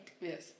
Yes